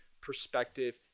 perspective